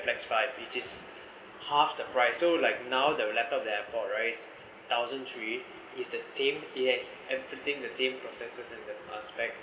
flex five which is half the price so like now the laptop that I bought right thousand three is the same it has everything the same the same processors and the uh specs